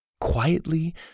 Quietly